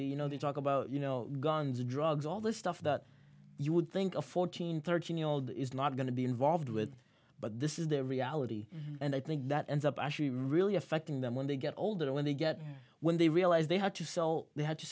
the you know they talk about you know guns drugs all this stuff that you would think a fourteen thirteen year old is not going to be involved with but this is their reality and i think that ends up actually really affecting them when they get older when they get when they realize they had to sell they had to